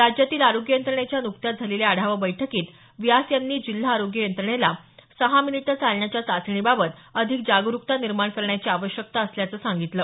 राज्यातील आरोग्य यंत्रणेच्या नुकत्याच झालेल्या आढावा बैठकीत व्यास यांनी जिल्हा आरोग्य यंत्रणेला सहा मिनिटं चालण्याच्या चाचणी बाबत अधिक जागरूकता निर्माण करण्याची आवश्यकता असल्याचं सांगितलं